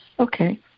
Okay